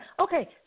Okay